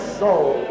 soul